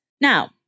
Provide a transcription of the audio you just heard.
Now